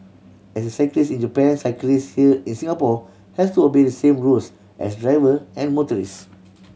as the cyclists in Japan cyclists here in Singapore have to obey the same rules as driver and motorcyclists